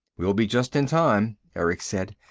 we'll be just in time, erick said.